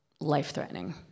life-threatening